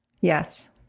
Yes